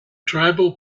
tribal